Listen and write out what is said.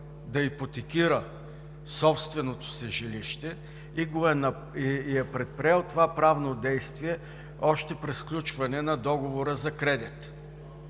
да ипотекира собственото си жилище и е предприел това правно действие още при сключване на договора за кредит,